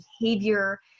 behavior